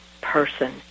person